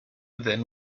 then